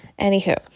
Anywho